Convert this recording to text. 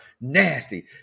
nasty